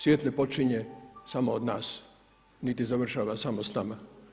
Svijet ne počinje samo od nas, niti završava samo s nama.